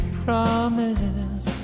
promise